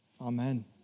Amen